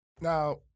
now